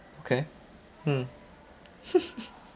okay hmm